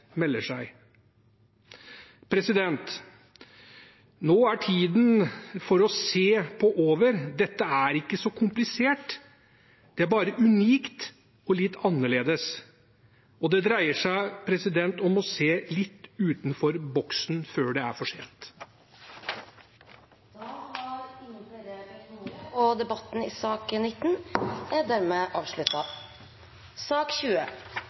melder seg. Nå er tiden for «å se på» over. Dette er ikke så komplisert, det er bare unikt og litt annerledes. Det dreier seg om å se litt utenfor boksen før det er for sent. Flere har ikke bedt om ordet til sak nr. 19.